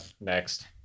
Next